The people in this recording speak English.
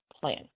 plan